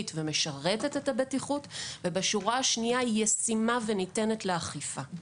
ומשרתת את הבטיחות ובשורה השנייה היא ישימה וניתנת לאכיפה.